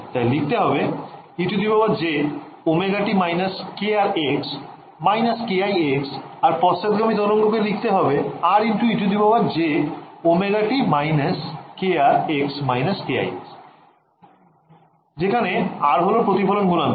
তাই লিখতে হবে ejωt−kr x−kix আর পশ্চাৎগামী তরঙ্গ কে লিখতে হবে R ejωt−kr x−kix যেখানে R হল প্রতিফলন গুনাঙ্ক